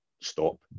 stop